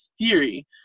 theory